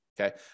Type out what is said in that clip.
Okay